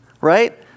right